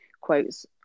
quotes